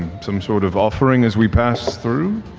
some sort of offering as we pass through?